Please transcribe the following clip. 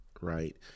right